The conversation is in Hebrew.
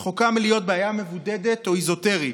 רחוקה מלהיות בעיה מבודדת או אזוטרית.